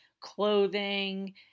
clothing